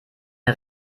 der